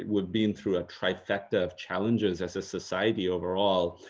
we've been through a trifecta of challenges, as a society, overall,